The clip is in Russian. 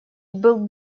был